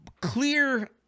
clear